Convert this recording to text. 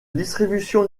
distribution